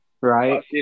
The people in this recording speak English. Right